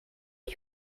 are